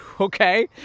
okay